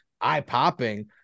eye-popping